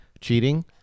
cheating